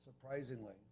Surprisingly